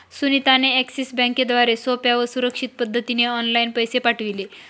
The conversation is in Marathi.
सुनीता ने एक्सिस बँकेद्वारे सोप्या व सुरक्षित पद्धतीने ऑनलाइन पैसे पाठविले